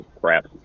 crap